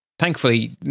Thankfully